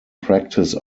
practice